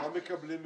מה מקבלים בתמורה?